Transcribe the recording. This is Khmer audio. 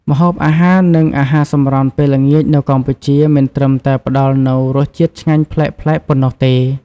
ម្ហូបអាហារ និងអាហារសម្រន់ពេលល្ងាចនៅកម្ពុជា មិនត្រឹមតែផ្តល់នូវរសជាតិឆ្ងាញ់ប្លែកៗប៉ុណ្ណោះទេ ។